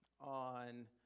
on